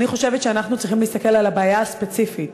אני חושבת שאנחנו צריכים להסתכל על הבעיה הספציפית